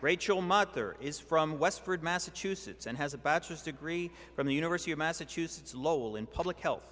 rachel mother is from westford massachusetts and has a bachelor's degree from the university of massachusetts lowell in public he